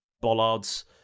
bollards